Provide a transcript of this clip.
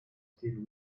still